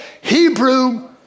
Hebrew